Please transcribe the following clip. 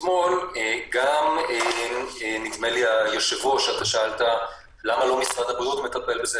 אתמול נדמה לי שגם אתה היושב-ראש שאלת: למה לא משרד הבריאות מטפל בזה?